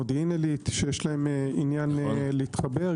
מודיעין עלית שיש להם לעניין להתחבר,